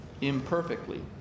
imperfectly